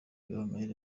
gahongayire